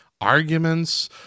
arguments